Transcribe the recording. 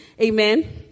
Amen